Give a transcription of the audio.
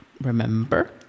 Remember